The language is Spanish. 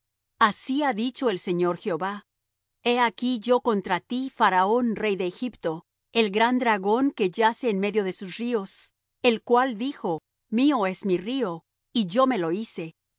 así ha dicho el señor jehová he aquí yo contra ti faraón rey de egipto el gran dragón que yace en medio de sus ríos el cual dijo mío es mi río y yo me lo hice yo